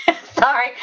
Sorry